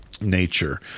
nature